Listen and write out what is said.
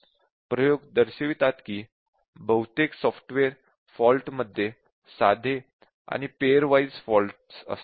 प्रयोग दर्शवितात की बहुतेक सॉफ्टवेअर फॉल्टमध्ये साधे आणि पेअर वाइज़ फॉल्टस असतात